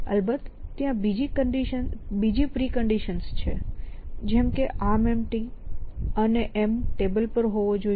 અલબત્ત ત્યાં બીજી પ્રિકન્ડિશન્સ છે જેમ કે ArmEmpty અને M ટેબલ પર હોવો જોઈએ